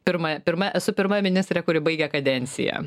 pirma pirma esu pirma ministrė kuri baigia kadenciją